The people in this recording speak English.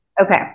Okay